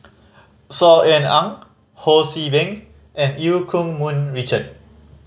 Saw Ean Ang Ho See Beng and Eu Keng Mun Richard